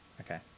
Okay